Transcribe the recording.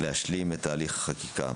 להשלים את הליך החקיקה.